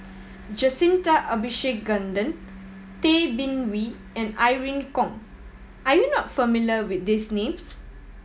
Jacintha Abisheganaden Tay Bin Wee and Irene Khong are you not familiar with these names